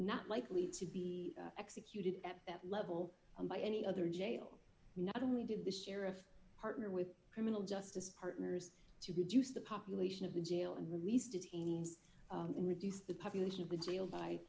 not likely to be executed at that level by any other jail not only did the sheriff partner with criminal justice partners to reduce the population of the jail and release teams and reduce the population of the jail by